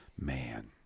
man